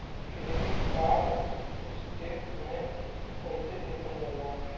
Credit card statement कइसे देखल जाला?